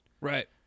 Right